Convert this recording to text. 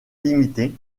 limitées